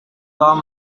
tom